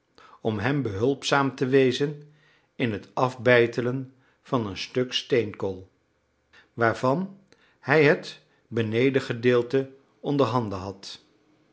om hem behulpzaam te wezen in het afbeitelen van een stuk steenkool waarvan hij het benedengedeelte onderhanden had